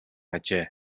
ажээ